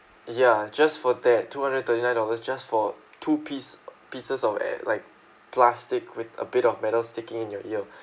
ya just for that two hundred and thirty-nine dollars just for two piece pieces of at~ like plastic with a bit of metals sticking in your ear